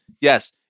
Yes